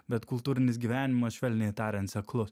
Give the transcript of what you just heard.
bet kultūrinis gyvenimas švelniai tariant seklus